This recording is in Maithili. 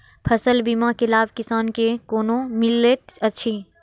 फसल बीमा के लाभ किसान के कोना मिलेत अछि?